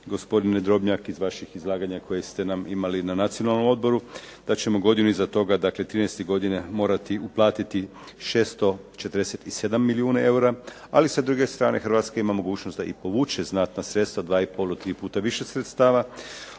gospodine Drobnjak iz vaših izlaganja koje ste imali na Nacionalnom odboru. Da ćemo godinu iz toga dakle 2013. godine morati uplatiti 647 milijuna eura, ali sa druge strane Hrvatska ima mogućnost da i povuče znatna sredstva, dva i pol do tri puta više sredstava,